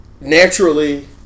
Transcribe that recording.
naturally